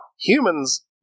humans